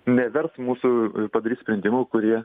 nevers mūsų padaryt sprendimų kurie